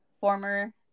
former